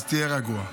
אז תהיה רגוע.